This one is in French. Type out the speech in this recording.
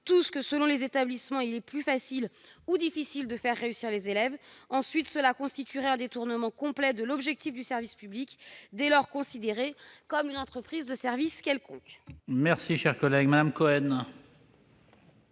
tous que, selon les établissements, il est plus facile ou difficile de faire réussir les élèves. Ensuite, elle constituerait un détournement complet de l'objectif du service public, dès lors considéré comme une entreprise de service quelconque. La parole est à Mme Laurence Cohen,